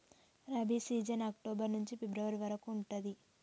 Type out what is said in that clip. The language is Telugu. రబీ సీజన్ అక్టోబర్ నుంచి ఫిబ్రవరి వరకు ఉంటది